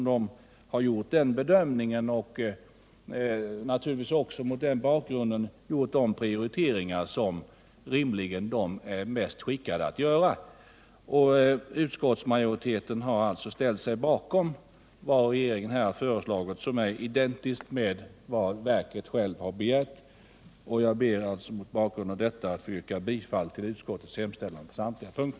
UHÄ har gjort den här bedömningen och gjort de prioriteringar som UHÄ är mest skickat att göra. Utskottsmajoriteten har alltså ställt sig bakom regeringens förslag, som är identiskt med vad verket självt har begärt. Jag ber att mot bakgrund av det anförda få yrka bifall till utskottets hemställan på samtliga punkter.